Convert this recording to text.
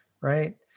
Right